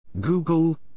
Google